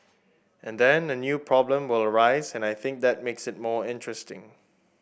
and then a new problem will arise and I think that makes it more interesting